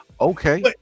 Okay